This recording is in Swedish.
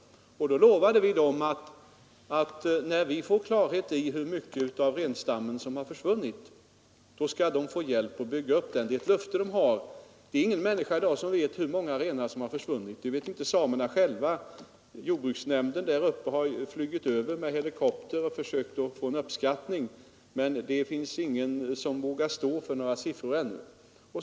Då lovade vi samerna att när vi får klarhet i hur mycket av renstammen som försvunnit, då skall de få hjälp att bygga upp den. Ingen människa i dag vet hur många renar som har försvunnit; det vet inte heller samerna själva. Lantbruksnämnden där uppe har låtit besiktiga området från en helikopter och försökt få fram en uppskattning, men det finns ingen som vågar stå för några siffror ännu.